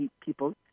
people